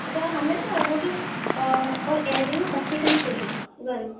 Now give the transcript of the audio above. اچھا ہمیں نا وہ جو اور ایئر رنگ بچے کے لیے چاہیے گرل